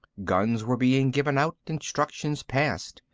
guns were being given out, instructions passed.